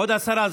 עוד עשרה.